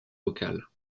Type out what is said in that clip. locales